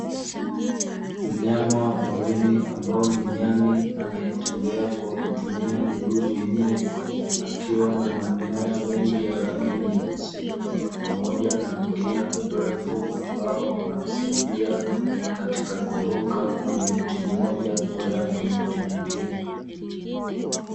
Mnyama wa porini ambaye ni nyani, anayetembea kwa kutumia miguu minne akiwa na manyoya mengi ya rangi nyeusi, pamoja na mkia mrefu ambao unamsaidia katika kuruka, kwenye mti mmoja kwenda kwenye mti mwingine.